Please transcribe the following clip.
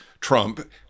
Trump